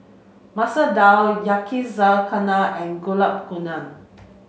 Masoor Dal Yakizakana and Gulab Gamun